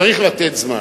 צריך לתת זמן.